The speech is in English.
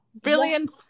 brilliant